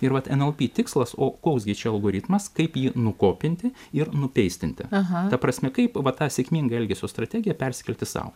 ir nlp tikslas o koks gi čia algoritmas kaip į nukopinti ir nupeistinti ta prasme kaip va tą sėkmingą elgesio strategiją perskirti sau